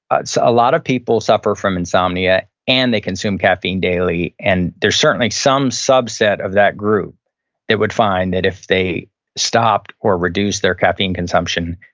ah so a lot of people suffer from insomnia and they consume caffeine daily. and there's certainly some subset of that group that would find that if they stopped or reduced their caffeine consumption,